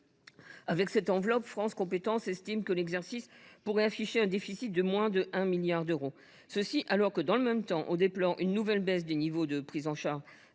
Avec cette enveloppe, France Compétences estime que l’exercice pourrait se solder par un déficit de moins de 1 milliard d’euros, alors que, dans le même temps, on déplore une nouvelle baisse des niveaux de prise en charge